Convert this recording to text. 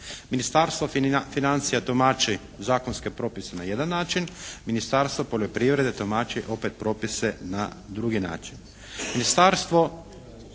Ministarstvo financija tumači zakonske propise na jedan način, Ministarstvo poljoprivrede tumači opet propise na drugi način.